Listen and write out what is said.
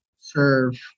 serve